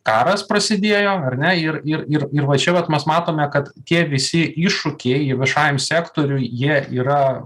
karas prasidėjo ar ne ir ir ir ir va čia vat mes matome kad tie visi iššūkiai viešajam sektoriui jie yra